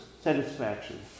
satisfaction